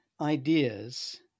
ideas